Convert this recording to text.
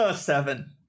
Seven